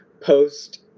post